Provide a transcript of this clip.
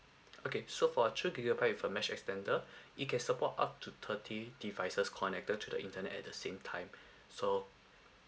okay so for two gigabyte with a mesh extender it can support up to thirty devices connected to the internet at the same time so